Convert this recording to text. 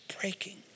breaking